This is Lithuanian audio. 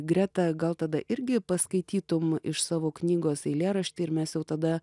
greta gal tada irgi paskaitytum iš savo knygos eilėraštį ir mes jau tada